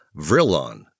Vrilon